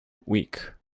week